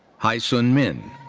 hyesun min.